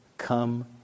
Come